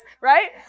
Right